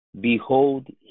Behold